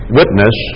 witness